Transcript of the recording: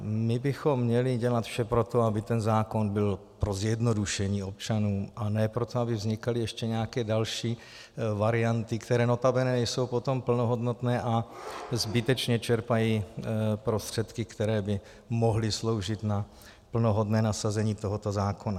My bychom měli dělat vše pro to, aby ten zákon byl pro zjednodušení občanů, a ne pro to, aby vznikaly ještě nějaké další varianty, které notabene nejsou potom plnohodnotné a zbytečně čerpají prostředky, které by mohly sloužit na plnohodnotné nasazení tohoto zákona.